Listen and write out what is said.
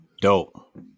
Dope